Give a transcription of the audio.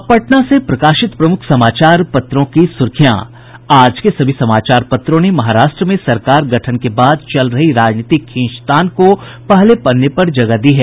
अब पटना से प्रकाशित प्रमुख समाचार पत्रों की सूर्खियां आज के सभी समाचार पत्रों ने महाराष्ट्र में सरकार गठन के बाद चल रही राजनीतिक खींचतान को पहले पन्ने पर जगह दी है